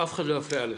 אף אחד לא יפריע לך.